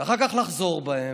ואחר כך לחזור בהם.